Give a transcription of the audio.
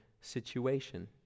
situation